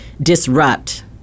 disrupt